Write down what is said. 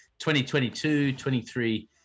2022-23